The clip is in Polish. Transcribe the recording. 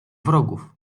wrogów